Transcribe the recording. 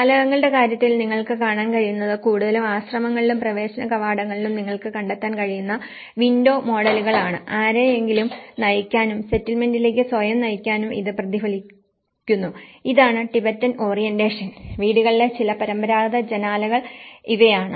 ജാലകങ്ങളുടെ കാര്യത്തിൽ നിങ്ങൾക്ക് കാണാൻ കഴിയുന്നത് കൂടുതലും ആശ്രമങ്ങളിലും പ്രവേശന കവാടങ്ങളിലും നിങ്ങൾക്ക് കണ്ടെത്താൻ കഴിയുന്ന വിൻഡോ മോഡലുകൾ ആണ് ആരെയെങ്കിലും നയിക്കാനും സെറ്റിൽമെന്റിലേക്ക് സ്വയം നയിക്കാനും ഇത് പ്രതിഫലിക്കുന്നു ഇതാണ് ടിബറ്റൻ ഓറിയന്റേഷൻ വീടുകളിലെ ചില പരമ്പരാഗത ജനാലകൾ ഇവയാണ്